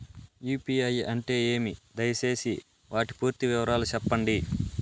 UPI అంటే ఏమి? దయసేసి వాటి పూర్తి వివరాలు సెప్పండి?